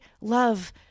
love